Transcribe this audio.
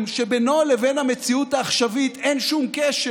שבינו לבין המציאות העכשווית אין שום קשר.